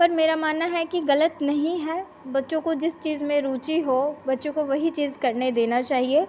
पर मेरा मानना है कि गलत नहीं है बच्चों को जिस चीज़ में रुचि हो बच्चों को वही चीज़ करने देना चाहिए